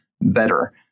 better